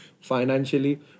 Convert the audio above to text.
financially